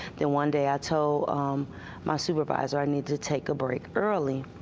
then one day, i told my supervisor i needed to take a break early,